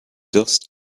dust